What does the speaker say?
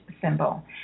symbol